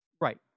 right